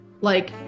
like-